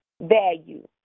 value